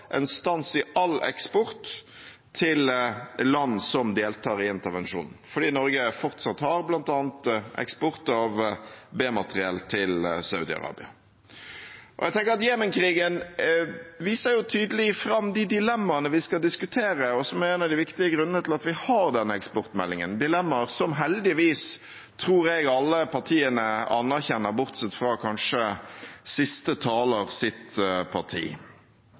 land som deltar i intervensjonen, fordi Norge fortsatt har eksport av bl.a. B-materiell til Saudi-Arabia. Jeg tenker at Jemen-krigen tydelig viser fram de dilemmaene vi skal diskutere, og som er en av de viktige grunnene til at vi har denne eksportmeldingen, dilemmaer som jeg tror alle partiene – heldigvis – anerkjenner, kanskje bortsett fra siste talers parti.